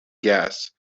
gas